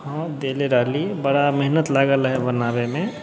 हँ देले रहली बड़ा मेहनत लागल रहै बनाबैमे